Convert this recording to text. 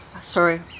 sorry